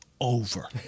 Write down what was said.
over